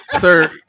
Sir